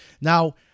Now